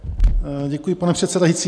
Děkuji, pane předsedající.